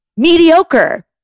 Mediocre